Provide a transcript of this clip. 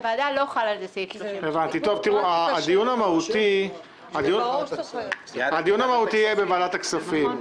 בוועדה לא חל על זה סעיף 38. הדיון המהותי יהיה בוועדת הכספים.